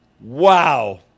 Wow